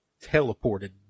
teleported